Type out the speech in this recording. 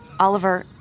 Oliver